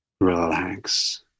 relax